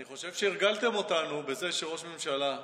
אני חושב שהרגלתם אותנו בכך שראש ממשלה,